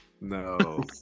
no